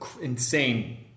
insane